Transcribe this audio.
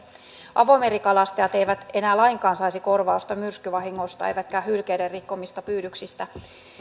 avomerikalastajat eivät enää lainkaan saisi korvausta myrskyvahingoista eivätkä hylkeiden rikkomista pyydyksistä